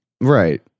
Right